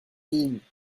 îles